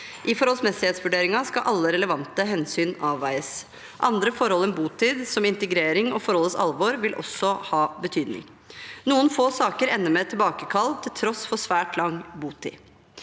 I forholdsmessighetsvurderingen skal alle relevante hensyn avveies. Andre forhold enn botid, som integrering og forholdets alvor, vil også ha betydning. Noen få saker ender med tilbakekall til tross for svært lang botid.